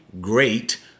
great